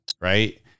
right